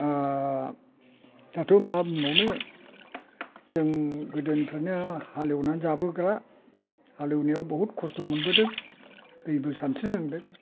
दाथ' मा बुंबावनो जों गोदोनिफ्रायनो हालेवनानै जाबोग्रा हालेवनायाव बहुद खस्थ' मोनबोदों दैबो सानस्रिनांदों